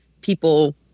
people